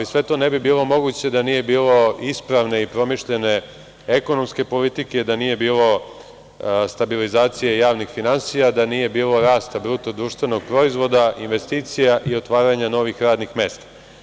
Sve to ne bi bilo moguće da nije bilo ispravne i promišljene ekonomske politike, da nije bilo stabilizacije javnih finansija, da nije bilo rasta BDP, investicija i otvaranja novih radnih mesta.